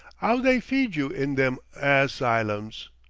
ow they feeds you in them as ylums.